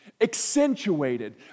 Accentuated